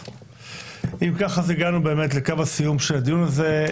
אם כך, הגענו לקו הסיום של הדיון הזה.